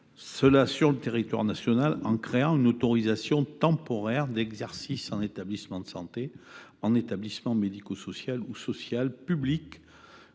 sur le territoire national, en créant une autorisation temporaire d’exercice en établissement de santé ou en établissement médico social ou social, public